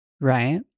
right